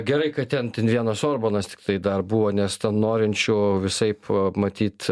gerai kad ten ten vienas orbanas tiktai dar buvo nes ten norinčių visaip matyt